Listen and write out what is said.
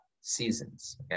seasons